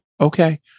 Okay